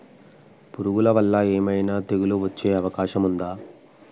పురుగుల వల్ల ఏమైనా తెగులు వచ్చే అవకాశం ఉందా?